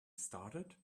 started